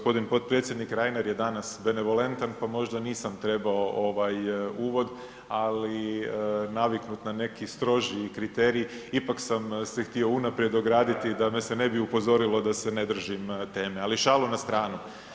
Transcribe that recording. Poštovani g. potpredsjednik Reiner je danas benevolentan pa možda nisam trebao uvod ali naviknut na neki strožiji kriterij, ipak sam se htio unaprijed ograditi da me se ne bi upozorilo da ne držim teme ali šalu na stranu.